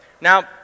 Now